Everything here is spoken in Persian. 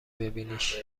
ببینیش